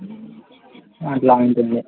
అట్లా ఉంటుంది